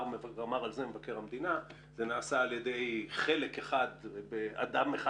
על זה מבקר המדינה שההסכם נעשה על ידי אדם אחד